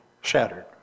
shattered